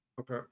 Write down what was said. Okay